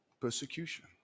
Persecution